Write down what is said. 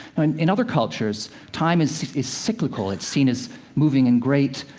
and in other cultures, time is is cyclical. it's seen as moving in great,